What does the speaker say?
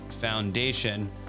Foundation